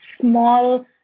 small